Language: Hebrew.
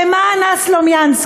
ומה ענה סלומינסקי?